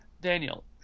daniel